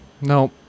No